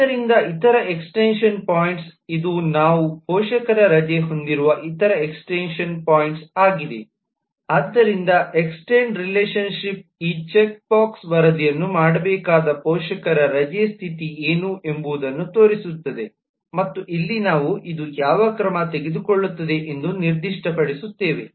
ಆದ್ದರಿಂದ ಇತರ ಎಕ್ಸ್ಟೆನ್ಶನ್ ಪಾಯಿಂಟ್ಗೆ ಇದು ನಾವು ಪೋಷಕರ ರಜೆ ಹೊಂದಿರುವ ಇತರ ಎಕ್ಸ್ಟೆನ್ಶನ್ ಪಾಯಿಂಟ್ ಆಗಿದೆ ಆದ್ದರಿಂದ ಎಕ್ಸ್ಟೆನ್ಡ್ ರಿಲೇಶನ್ಶಿಪ್ ಈ ಚೆಕ್ಬಾಕ್ಸ್ ವರದಿಯನ್ನು ಮಾಡಬೇಕಾದ ಪೋಷಕರ ರಜೆ ಸ್ಥಿತಿ ಏನು ಎಂಬುದನ್ನು ತೋರಿಸುತ್ತದೆ ಮತ್ತು ಇಲ್ಲಿ ನಾವು ಇದು ಯಾವ ಕ್ರಮ ತೆಗೆದುಕೊಳ್ಳುತ್ತದೆ ಎಂದು ನಿರ್ದಿಷ್ಟಪಡಿಸುತ್ತೇವೆ